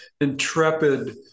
intrepid